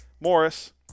Morris